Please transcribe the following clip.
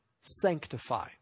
sanctify